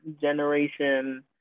generation